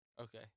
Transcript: Okay